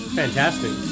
fantastic